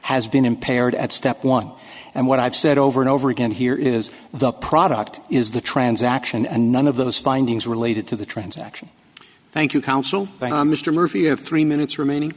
has been impaired at step one and what i've said over and over again here is the product is the transaction and none of those findings related to the transaction thank you counsel thank you mr murphy you have three minutes remaining